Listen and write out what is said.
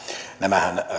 nämähän